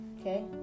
okay